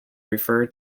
refer